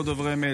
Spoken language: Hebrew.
לא דוברי אמת,